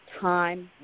time